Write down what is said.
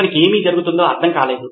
అతనికి ఏమి జరుగుతుందో అర్థం కాలేదు